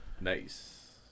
Nice